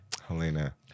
Helena